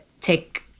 take